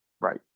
right